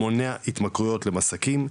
מונע התמכרויות למסכים,